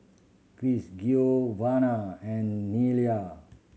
Cris Giovanna and Nelia